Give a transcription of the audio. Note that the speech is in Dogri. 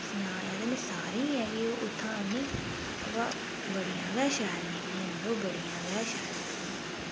सनाया ते में सारें ई कि ओह् उत्थां आह्नी अवा बड़ियां गै शैल निकलियां मड़ो बड़ियां गै शैल निकलियां